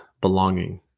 belonging